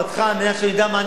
על מנת שאני אדע מה אני עושה,